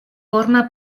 forma